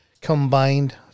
combined